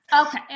okay